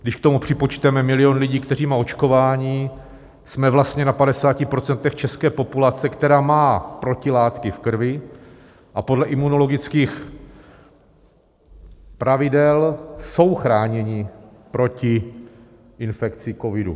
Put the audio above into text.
Když k tomu připočteme milion lidí, kteří jsou očkováni, jsme vlastně na 50 % české populace, která má protilátky v krvi, a podle imunologických pravidel jsou chráněni proti infekci covidu.